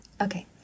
Okay